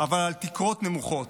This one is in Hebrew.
אבל על תקרות נמוכות.